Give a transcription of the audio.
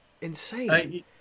insane